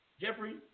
Jeffrey